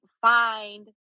find